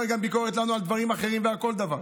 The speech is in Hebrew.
גם ביקורת לנו על דברים אחרים ועל כל דבר.